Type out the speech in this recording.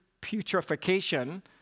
putrefaction